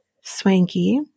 Swanky